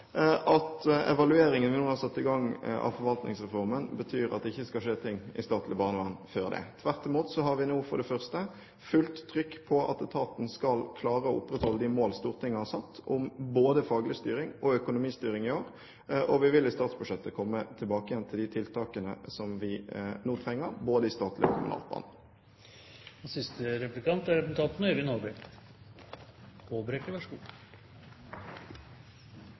at det ikke skal skje ting i statlig barnevern før det. Tvert imot, så har vi nå for det første fullt trykk på at etaten skal klare å opprettholde de mål Stortinget har satt om både faglig styring og økonomistyring i år, og så vil vi i statsbudsjettet komme tilbake til de tiltakene som vi nå trenger, både på statlig